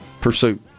pursuit